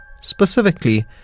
Specifically